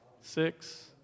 six